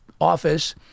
office